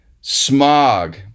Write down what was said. Smog